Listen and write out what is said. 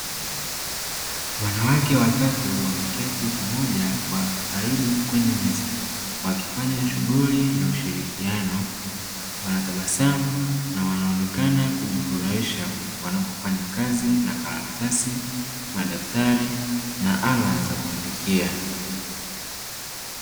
Wanawake watatu wameketi pamoja kwa karibu kwenye meza, wakifanya shughuli ya ushirikiano. Wanatabasamu na wanaonekana kujifurahisha wanapofanya kazi na karatasi, madaftari na ala za kuandikia.